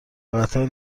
قطار